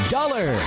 Dollar